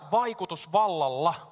vaikutusvallalla